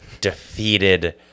defeated